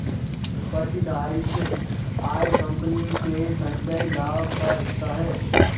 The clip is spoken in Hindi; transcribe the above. प्रतिधारित आय कंपनी के संचयी लाभ का हिस्सा है